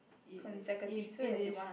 it if it is